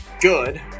good